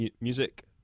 music